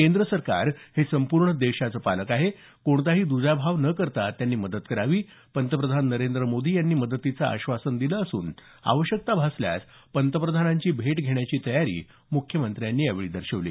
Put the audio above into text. केंद्र सरकार हे संपूर्ण देशाचे पालक आहे कोणताही द्जाभाव न करता त्यांनी मदत करावी पंतप्रधान नरेंद्र मोदी यांनी मदतीचं आश्वासन दिलं असून आवश्यकता भासल्यास पंतप्रधानांची भेट घेण्याची तयारीही मुख्यमंत्र्यांनी यावेळी दर्शवली